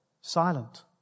silent